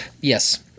yes